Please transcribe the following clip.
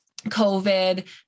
covid